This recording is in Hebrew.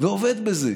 ועובד בזה?